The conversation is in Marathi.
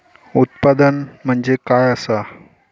उत्पादन म्हणजे काय असा?